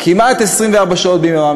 כמעט 24 שעות ביממה,